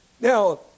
Now